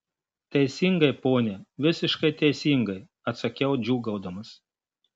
teisingai pone visiškai teisingai atsakiau džiūgaudamas